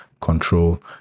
control